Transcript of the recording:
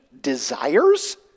Desires